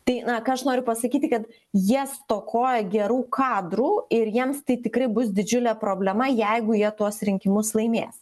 tai na ką aš noriu pasakyti kad jie stokoja gerų kadrų ir jiems tai tikrai bus didžiulė problema jeigu jie tuos rinkimus laimės